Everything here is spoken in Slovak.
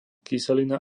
kyselina